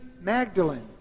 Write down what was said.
Magdalene